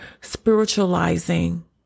spiritualizing